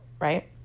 right